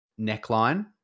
neckline